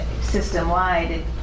system-wide